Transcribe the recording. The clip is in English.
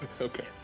Okay